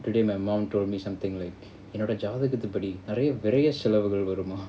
today my mom told me something like என்னோடஜாதகத்துபடிநெறயவிரயசெலவுகள்வருமாம்:ennoda jathagadhu padi neraiya viraya selavugal varumam